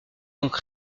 donc